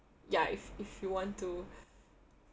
ya if if you want to